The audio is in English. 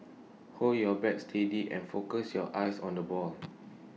hold your bat steady and focus your eyes on the ball